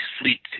fleet